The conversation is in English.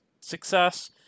success